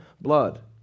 blood